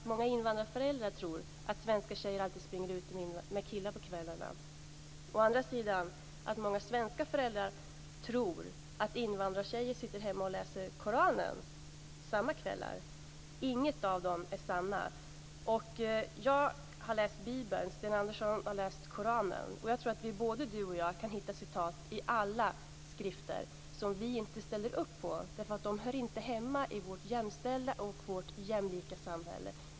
Den andra sidan är att många svenska föräldrar tror att invandrartjejer sitter hemma och läser Koranen samma kvällar. Inget av detta är sant. Jag har läst Bibeln. Sten Andersson har läst Koranen. Jag tror att både han och jag kan hitta citat i alla skrifter som vi inte ställer upp på för att de inte hör hemma i vårt jämställda och jämlika samhälle.